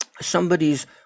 somebody's